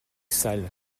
sale